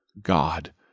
God